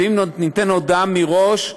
ואם עוד ניתן הודעה מראש,